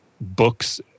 books